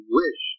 wish